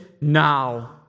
now